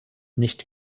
nicht